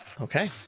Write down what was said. Okay